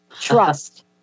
trust